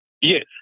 Yes